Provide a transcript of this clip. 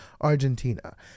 Argentina